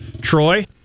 Troy